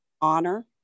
honor